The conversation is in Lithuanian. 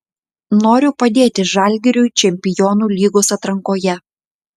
noriu padėti žalgiriui čempionų lygos atrankoje